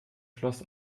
schloss